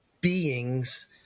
beings